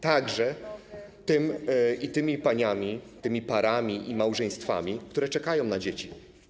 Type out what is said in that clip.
Także i tymi paniami, tymi parami i małżeństwami, które czekają na dzieci.